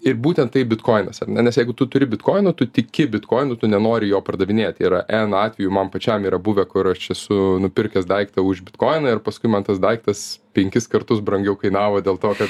ir būtent tai bitkoinas ar ne nes jeigu tu turi bitkoinų tu tiki bitkoinu tu nenori jo pardavinėti yra n atvejų man pačiam yra buvę kur aš esu nupirkęs daiktą už bitkoiną ir paskui man tas daiktas penkis kartus brangiau kainavo dėl to kad